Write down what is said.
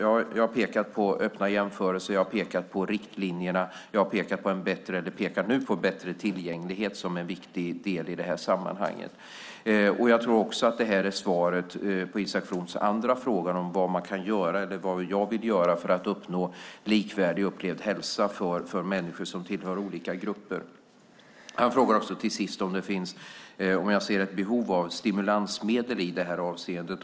Jag har pekat på öppna jämförelser och på riktlinjerna, och nu pekar jag på bättre tillgänglighet som en viktig del i sammanhanget. Jag tror att det också är svaret på Isak Froms andra fråga som gällde vad jag vill göra för att uppnå likvärdig upplevd hälsa för människor som tillhör olika grupper. Slutligen frågar Isak From om jag ser ett behov av stimulansmedel i det här avseendet.